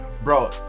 Bro